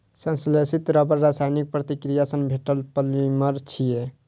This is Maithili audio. संश्लेषित रबड़ रासायनिक प्रतिक्रिया सं भेटल पॉलिमर छियै